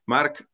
Mark